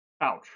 Ouch